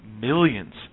millions